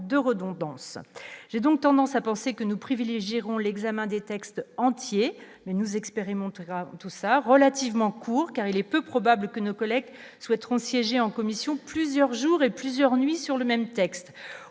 de redondance, j'ai donc tendance à penser que nous privilégierons l'examen des textes entiers, nous expérimentons tout ça relativement court, car il est peu probable que nos collègues souhaiteront siéger en commission plusieurs jours et plusieurs nuits sur le même texte